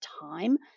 time